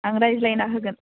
आं रायज्लायना होगोन